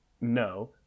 No